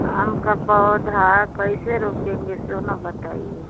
आम का पौधा कइसे रोपेंगे सो ना बताइए